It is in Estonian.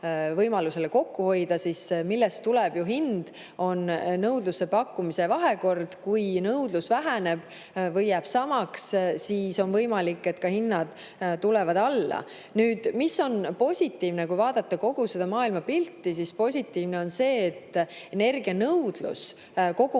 võimalusele kokku hoida. Aga millest tuleneb hind? See tuleneb nõudluse-pakkumise vahekorrast. Kui nõudlus väheneb või jääb samaks, siis on võimalik, et hinnad tulevad alla. Mis on positiivne? Kui vaadata kogu maailmapilti, siis positiivne on see, et energianõudlus kogumis